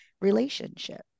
relationship